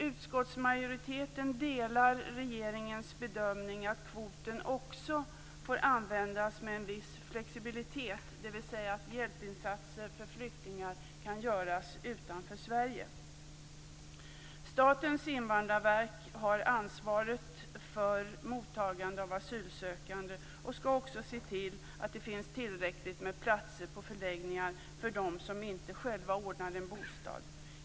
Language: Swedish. Utskottsmajoriteten delar regeringens bedömning att kvoten också får användas med en viss flexibilitet, dvs. att hjälpinsatser för flyktingar kan göras utanför Statens invandrarverk har ansvaret för mottagandet av asylsökande och skall också se till att det finns tillräckligt med platser på förläggning för dem som inte själva ordnar en bostad.